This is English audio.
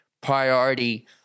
priority